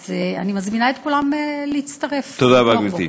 אז אני מזמינה את כולם להצטרף לתמוך בו.